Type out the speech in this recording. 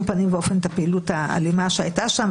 פנים ואופן את הפעילות האלימה שהיתה שם,